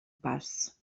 pas